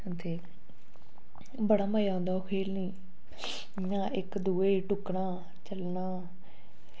ते बड़ा मज़ा औंदा खेलने ते इयां इक दुए टुक्कना चलना